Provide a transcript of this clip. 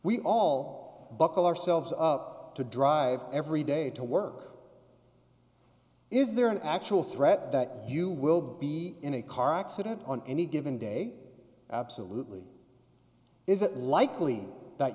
all buckle ourselves up to drive every day to work is there an actual threat that you will be in a car accident on any given day absolutely is it likely that